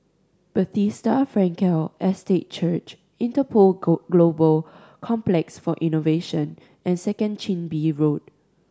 Bethesda Frankel Estate Church Interpol Global Complex for Innovation and Second Chin Bee Road